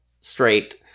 straight